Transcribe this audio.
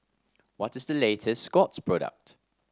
what is the latest Scott's product